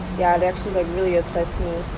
yeah that actually like really upsets me.